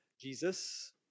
Jesus